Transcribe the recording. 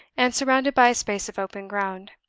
and surrounded by a space of open ground.